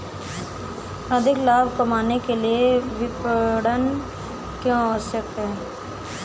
अधिक लाभ कमाने के लिए विपणन क्यो आवश्यक है?